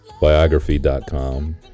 biography.com